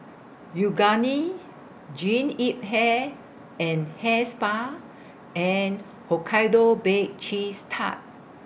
Yoogane Jean Yip Hair and Hair Spa and Hokkaido Baked Cheese Tart